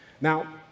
Now